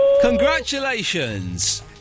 Congratulations